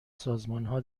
سازمانها